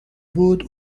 بود